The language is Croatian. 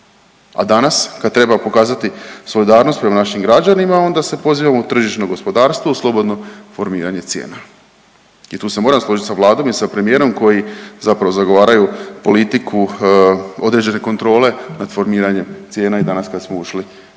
a danas kad treba pokazati solidarnost prema našim građanima onda se pozivamo u tržišno gospodarstvo, u slobodno formiranje cijena. I tu se moram složiti sa Vladom i sa premijerom koji zapravo zagovaraju politiku određene kontrole nad formiranjem cijena i danas kad smo ušli